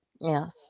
Yes